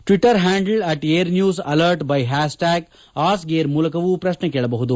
Twitter handle at Air News alert by hashtag Ask Air ಮೂಲಕವೂ ಪ್ರಶ್ನೆ ಕೇಳಬಹುದು